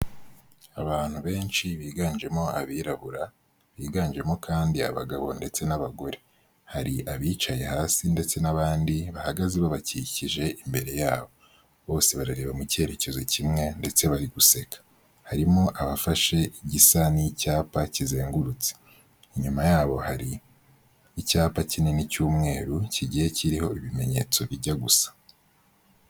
Abantu benshi biganjemo abirabura biganjemo kandi abagabo ndetse n'abagore, hari abicaye hasi ndetse n'abandi bahagaze babakikije imbere yabo bose barareba mu cyerekezo kimwe ndetse bari guseka, harimo abafashe igisa n'icyapa kizengurutse, inyuma yabo hari icyapa kinini cy'umweru kigiye kiriho ibimenyetso bijya gusa.